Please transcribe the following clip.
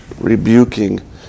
rebuking